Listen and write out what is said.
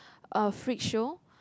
a freed show